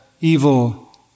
evil